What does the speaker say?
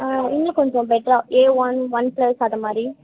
இன்னும் கொஞ்சம் பெட்டரா ஏ ஒன் ஒன் ப்ளஸ் அதை மாதிரி